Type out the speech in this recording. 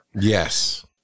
Yes